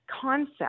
concept